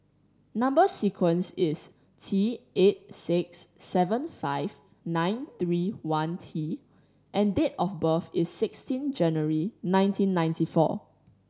number sequence is T eight six seven five nine three one T and date of birth is sixteen January nineteen ninety four